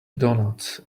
donuts